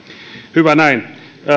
hyvä näin